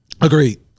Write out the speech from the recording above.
Agreed